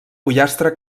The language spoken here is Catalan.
pollastre